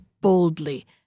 boldly